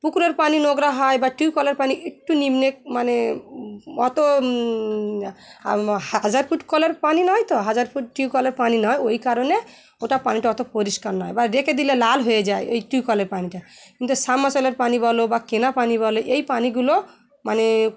পুকুরের পানি নোংরা হয় বা টিউবওয়েলের পানি একটু নিম্নের মানে অত হাজার ফুট কলের পানি নয় তো হাজার ফুট টিউবওয়েলের পানি নয় ওই কারণে ওটা পানিটা অত পরিষ্কার নয় বা রেখে দিলে লাল হয়ে যায় এই টিউবওয়েলের পানিটা কিন্তু পানি বলো বা কেনা পানি বলো এই পানিগুলো মানে